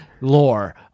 lore